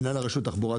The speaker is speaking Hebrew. מנהל הרשות לתחבורה,